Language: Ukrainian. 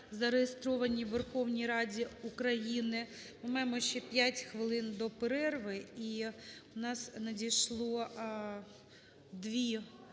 зареєстровані у Верховній Раді України. Ми маємо ще п'ять хвилин до перерви. І у нас надійшло 2